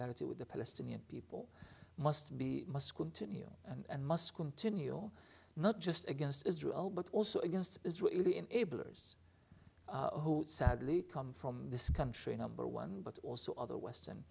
solidarity with the palestinian people must be must continue and must continue not just against israel but also against israeli enablers who sadly come from this country number one but also other western